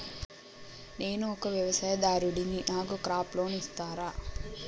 నేను ఒక వ్యవసాయదారుడిని నాకు క్రాప్ లోన్ ఇస్తారా?